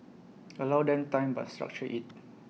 allow them time but structure IT